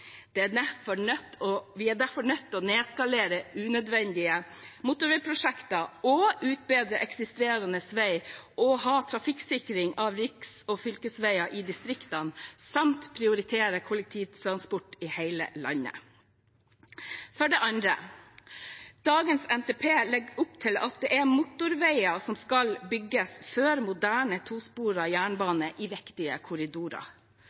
Vi er derfor nødt til å nedskalere unødvendige motorveiprosjekter, utbedre eksisterende veier og ha trafikksikring av riks- og fylkesveier i distriktene samt prioritere kollektivtransport i hele landet. For det andre: Dagens NTP legger opp til at motorveier skal bygges før moderne, tosporet jernbane i viktige korridorer.